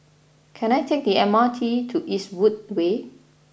can I take the M R T to Eastwood Way